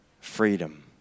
freedom